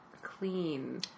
clean